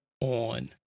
on